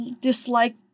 dislike